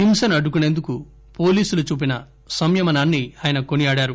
హింసను అడ్డుకుసేందుకు హోలీసులు చూపిన సంయమనాన్ని ఆయన కొనియాడారు